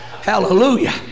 hallelujah